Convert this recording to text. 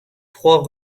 trois